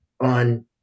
on